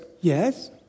yes